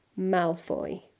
Malfoy